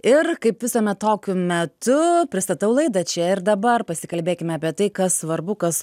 ir kaip visuomet tokiu metu pristatau laidą čia ir dabar pasikalbėkime apie tai kas svarbu kas